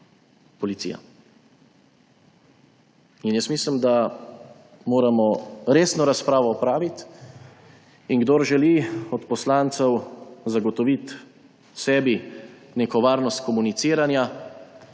Jaz mislim, da moramo opraviti resno razpravo in kdor želi od poslancev zagotoviti sebi neko varnost komuniciranja,